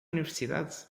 universidade